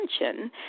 attention